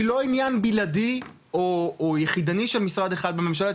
היא לא עניין בלעדי או יחידני של משרד אחד בממשלה,